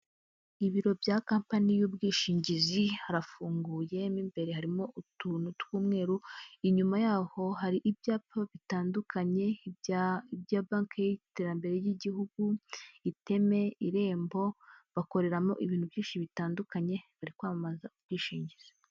Ibiro bya kampani y'ubwishingizi harafunguye mo imbere harimo utuntu tw'umweru, inyuma y'aho hari ibyapa bitandukanye bya banki y'iterambere ry'igihugu, iteme, irembo bakoreramo ibintu byinshi bitandukanye, bari kwamamaza ubwishingizi.